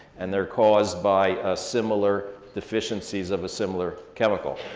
and they're caused by ah similar deficiencies of a similar chemical.